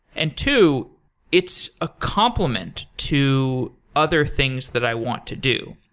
and two it's a complement to other things that i want to do.